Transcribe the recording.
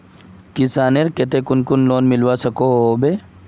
किसानेर केते कुन कुन लोन मिलवा सकोहो होबे?